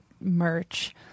merch